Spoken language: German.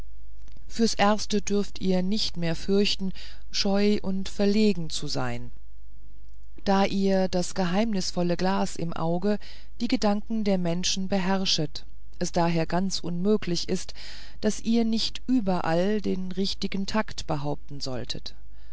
fürs erste dürftet ihr nicht mehr fürchten scheu und verlegen zu erscheinen da ihr das geheimnisvolle glas im auge die gedanken der menschen beherrschet es daher ganz unmöglich ist daß ihr nicht überall den richtigen takt behaupten solltet